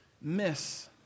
miss